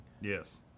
Yes